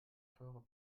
teure